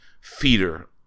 feeder